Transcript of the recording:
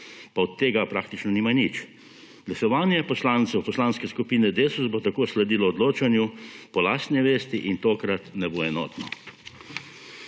pa od tega praktično nimajo nič. Glasovanje poslancev Poslanske skupine Desus bo tako sledilo odločanju po lastni vesti in tokrat ne bo enotno.